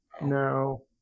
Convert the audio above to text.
no